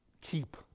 Keep